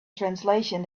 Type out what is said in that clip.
translation